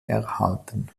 erhalten